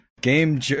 game